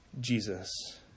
Jesus